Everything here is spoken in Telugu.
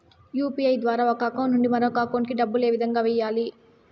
యు.పి.ఐ ద్వారా ఒక అకౌంట్ నుంచి మరొక అకౌంట్ కి డబ్బులు ఏ విధంగా వెయ్యాలి